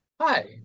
Hi